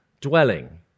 dwelling